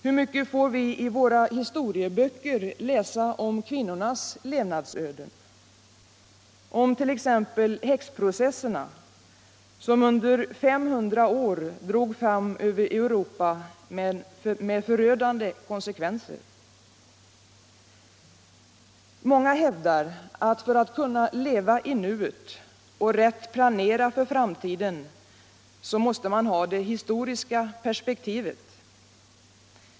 Hur mycket får vi i våra historieböcker läsa om kvinnornas levnadsöden, om t.ex. häxprocesserna, som under 500 år drog fram över Europa med förödande konsekvenser? Många hävdar att för att kunna leva i nuet och rätt planera för framtiden måste man ha det historiska perspektivet.